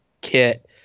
Kit